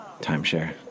Timeshare